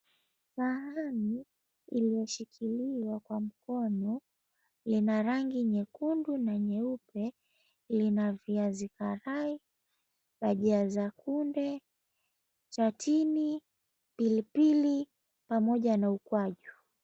Sahani iliyoshikiliwa kwa mkono ina rangi nyekundu na nyeupe. Lina viazi karai, bhajia za kunde, chatini, pilipili, pamoja na ukwaju.